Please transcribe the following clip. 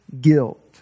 guilt